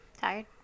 Tired